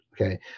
okay